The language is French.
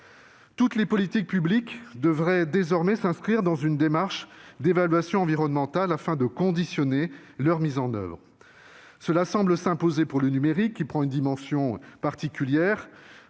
Toutes les politiques publiques devraient désormais s'inscrire dans une démarche d'évaluation environnementale afin de conditionner leur mise en oeuvre. Cela semble s'imposer pour le numérique, qui prend une dimension particulière